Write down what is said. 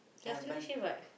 can afternoon shift what